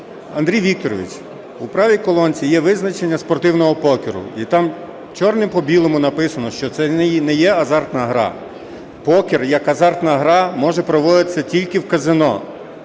Андрій Вікторович, у правій колонці є визначення спортивного покеру і там чорним по білому написано, що це не є азартна гра. Покер як азартна гра може проводитися тільки в казино.